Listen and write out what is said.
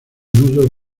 nudos